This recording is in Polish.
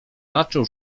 zaczął